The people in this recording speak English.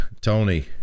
tony